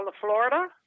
Florida